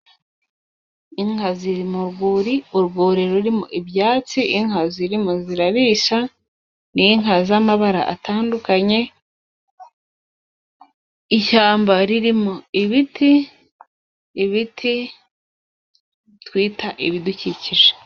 Inka ziri mu rwuri, urwuri rurimo ibyatsi, inka zirimo zirarisha n'inka z'amabara atandukanye, ishyamba ririmo ibiti, ibiti twita ibidukikije.